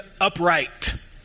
upright